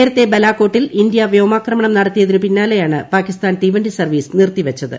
നേരത്തെ ബലാക്കോട്ടിൽ ഇന്ത്യ വ്യോമാക്രമണം നടത്തിയതിന് പിന്നാലെയാണ് പാകിസ്താൻ തീവ ി സർവീസ് നിർത്തിവെച്ചത്